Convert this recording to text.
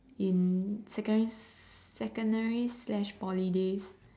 in secondary secondary slash Poly days